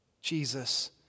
Jesus